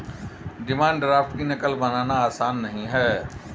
demand draft की नक़ल बनाना आसान नहीं है